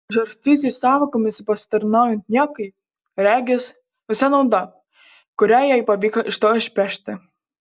žarstytis sąvokomis pasitarnaujant niekui regis visa nauda kurią jai pavyko iš to išpešti